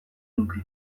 nuke